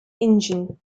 engine